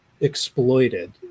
exploited